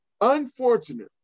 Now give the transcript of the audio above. unfortunately